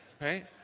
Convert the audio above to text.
right